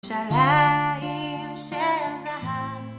ירושלים של זהב